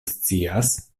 scias